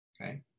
Okay